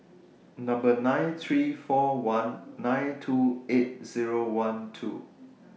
nine three four one nine two eight Zero one two